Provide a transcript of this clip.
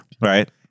Right